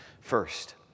first